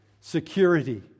security